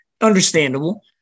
Understandable